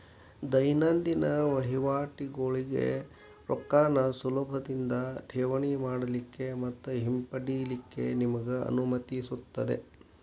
ದೈನಂದಿನ ವಹಿವಾಟಗೋಳಿಗೆ ರೊಕ್ಕಾನ ಸುಲಭದಿಂದಾ ಠೇವಣಿ ಮಾಡಲಿಕ್ಕೆ ಮತ್ತ ಹಿಂಪಡಿಲಿಕ್ಕೆ ನಿಮಗೆ ಅನುಮತಿಸುತ್ತದೆ